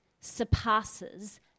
surpasses